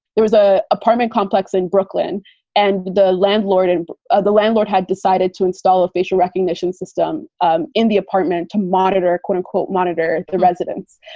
there was a apartment complex in brooklyn and the landlord and ah the landlord had decided to install a facial recognition system um in the apartment to monitor, quote unquote, monitor the residents,